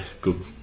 good